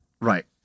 Right